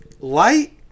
light